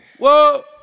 Whoa